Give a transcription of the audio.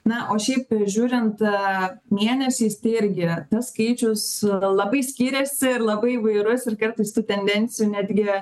na o šiaip žiūrint mėnesiais tai irgi tas skaičius labai skiriasi ir labai įvairus ir kartais tų tendencijų netgi